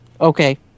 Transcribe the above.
Okay